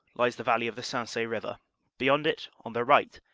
lies the valley of the sensee river beyond it, on the right,